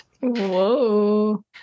Whoa